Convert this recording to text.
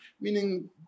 meaning